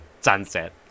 sunset